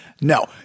No